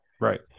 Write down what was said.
Right